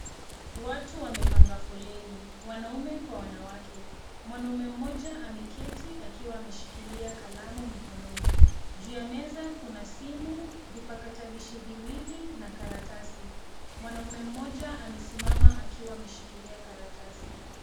Watu wamepanga foleni wanaume kwa wanawake. Mwanaume mmoja ameketi akiwa ameshikilia kalamu mikononi. Juu ya meza kuna simu, vipakatalishi viwili na karatasi. Mwanaume mmoja amesimama akiwa ameshikilia karatasi.